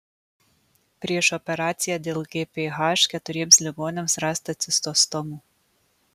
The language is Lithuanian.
prieš operaciją dėl gph keturiems ligoniams rasta cistostomų